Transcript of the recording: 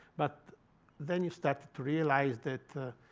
but then, you start to realize that